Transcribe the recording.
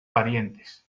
parientes